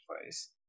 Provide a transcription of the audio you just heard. place